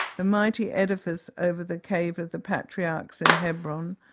the mighty edifice over the cave of the patriarchs in hebron,